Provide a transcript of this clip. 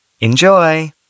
Enjoy